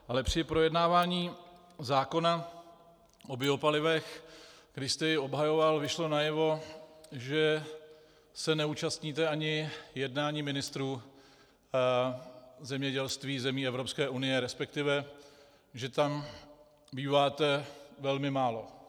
Ale při projednávání zákona o biopalivech, když jste jej obhajoval, vyšlo najevo, že se neúčastníte ani jednání ministrů zemědělství zemí Evropské unie, respektive že tam býváte velmi málo.